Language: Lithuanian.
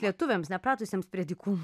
lietuviams nepratusiems prie dykumų